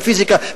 בפיזיקה,